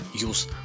use